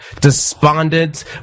despondent